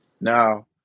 Now